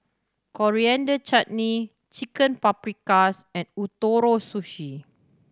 Coriander Chutney Chicken Paprikas and Ootoro Sushi